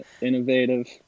Innovative